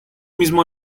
mismo